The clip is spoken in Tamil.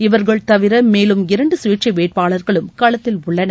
இவர்கள் தவிர மேலும் இரண்டு சுயேட்சை வேட்பாளர்களும் களத்தில் உள்ளனர்